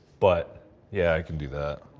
but yeah, i can do that.